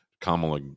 Kamala